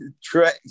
track